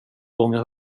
gånger